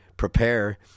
prepare